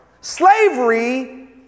slavery